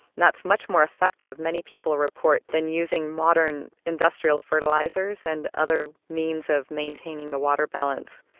that's much more effective, many people report, than using modern industrial fertilisers and other means of maintaining the water balance.